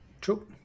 True